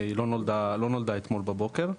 היא לא נולדה אתמול בבוקר,